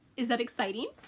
is that exciting!